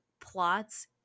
plots